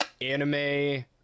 anime